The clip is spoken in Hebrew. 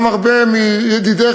גם הרבה מידידיך,